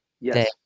Yes